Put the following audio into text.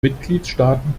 mitgliedstaaten